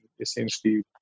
essentially